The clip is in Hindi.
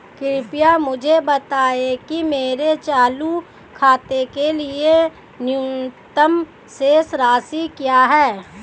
कृपया मुझे बताएं कि मेरे चालू खाते के लिए न्यूनतम शेष राशि क्या है